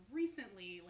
recently